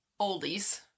oldies